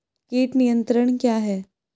कीट नियंत्रण क्या है?